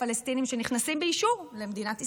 פלסטינים שנכנסים באישור למדינת ישראל,